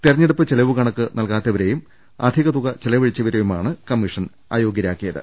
തെരഞ്ഞെടുപ്പ് ചെലവ് കണക്ക് നൽകാ ട ത്തവരെയും അധിക തുക ചെലവഴിച്ചവരെയുമാണ് കമ്മീഷൻ അയോഗൃ രാക്കിയത്